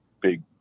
big